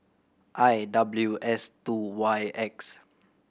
I W S two Y X